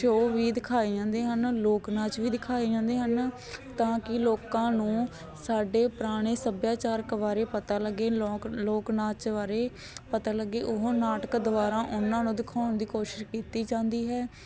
show ਵੀ ਦਿਖਾਏ ਜਾਂਦੇ ਹਨ ਲੋਕ ਨਾਚ ਵੀ ਦਿਖਾਏ ਜਾਂਦੇ ਹਨ ਤਾਂ ਕਿ ਲੋਕਾਂ ਨੂੰ ਸਾਡੇ ਪੁਰਾਣੇ ਸੱਭਿਆਚਾਰ ਬਾਰੇ ਪਤਾ ਲੱਗੇ ਲੋਕ ਲੋਕ ਨਾਚ ਬਾਰੇ ਪਤਾ ਲੱਗੇ ਉਹ ਨਾਟਕ ਦੁਆਰਾ ਉਹਨਾਂ ਨੂੰ ਦਿਖਾਉਣ ਦੀ ਕੋਸ਼ਿਸ਼ ਕੀਤੀ ਜਾਂਦੀ ਹੈ